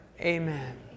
Amen